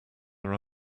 are